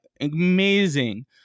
amazing